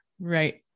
right